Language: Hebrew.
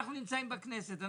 אנחנו נמצאים בכנסת.